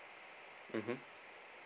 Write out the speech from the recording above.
mmhmm